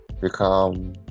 become